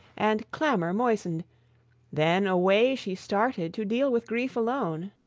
and clamour moisten'd then away she started to deal with grief alone.